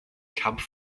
kampf